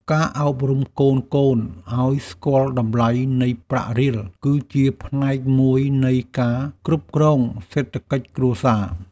ការអប់រំកូនៗឱ្យស្គាល់តម្លៃនៃប្រាក់រៀល គឺជាផ្នែកមួយនៃការគ្រប់គ្រងសេដ្ឋកិច្ចគ្រួសារ។